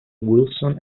wilson